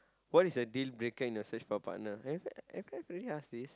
what is a deal breaker in your search for partner have I have I really ask this